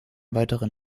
weiteren